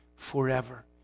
forever